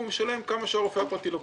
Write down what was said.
ואז הוא משלם כמה שהרופא הפרטי לוקח.